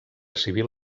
civil